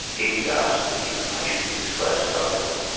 he didn't ask that the information be disclosed publicly,